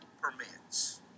permits